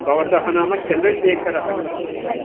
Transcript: भवतः नाम चन्द्रशेखरः खलु